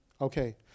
Okay